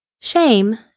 Shame